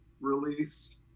release